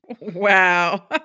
Wow